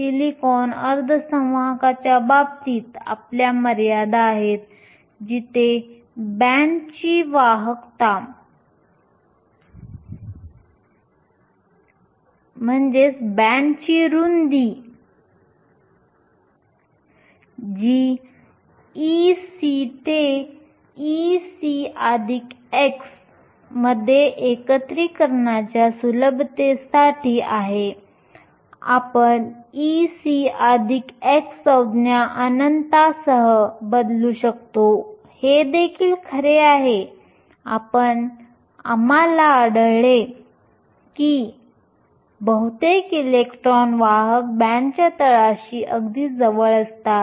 silicon अर्धसंवाहकाच्या बाबतीत आपल्या मर्यादा आहेत जिथे बँडची रुंदी जी Ec ते Ec χ मध्ये एकत्रीकरणाच्या सुलभतेसाठी आहे आपण Ec χ संज्ञा अनंतासह बदलू शकतो हे देखील खरे आहे कारण आम्हाला आढळेल की बहुतेक इलेक्ट्रॉन वाहक बँडच्या तळाशी अगदी जवळ असतात